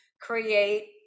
create